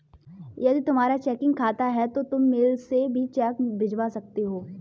यदि तुम्हारा चेकिंग खाता है तो तुम मेल से भी चेक भिजवा सकते हो